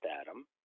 Adam